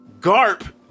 Garp